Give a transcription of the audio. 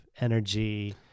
energy